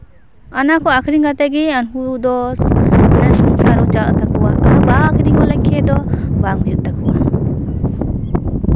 ᱚᱱᱟ ᱠᱚ ᱟᱠᱷᱨᱤᱧ ᱠᱟᱛᱮ ᱜᱮ ᱩᱱᱠᱩ ᱫᱚ ᱢᱟᱱᱮ ᱥᱚᱝᱥᱟᱨ ᱦᱚᱸ ᱪᱟᱞᱟᱜ ᱛᱟᱠᱚᱣᱟ ᱟᱨ ᱵᱟᱝ ᱟᱠᱷᱨᱤᱧ ᱞᱮᱠᱷᱟᱡ ᱫᱚ ᱵᱟᱝ ᱦᱩᱭᱩᱜ ᱛᱟᱠᱚᱣᱟ